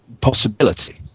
possibility